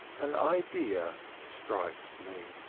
an idea strikes me!